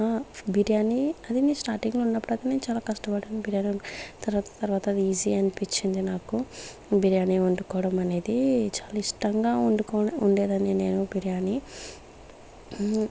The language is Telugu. బిర్యానీ అది నేను స్టార్టింగ్ లో ఉన్నప్పుడు అది నేను చాలా కష్టపడ్డాను బిర్యాని వండడానికి తర్వాత తర్వాత ఈజీ అనిపించింది నాకు బిర్యానీ వండుకోవడం అనేది చాలా ఇష్టంగా వండుకొని ఉండేదాన్ని నేను బిర్యాని